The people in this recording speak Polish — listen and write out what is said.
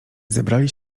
zebrali